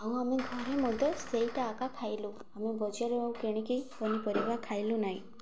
ଆଉ ଆମେ ଘରେ ମଧ୍ୟ ସେଇଟା ଏକା ଖାଇଲୁ ଆମେ ବଜାର ଆଉ କିଣିକି ପନିପରିବା ଖାଇଲୁ ନାହିଁ